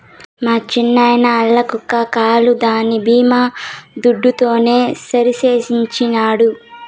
మా చిన్నాయిన ఆల్ల కుక్క కాలు దాని బీమా దుడ్డుతోనే సరిసేయించినాడు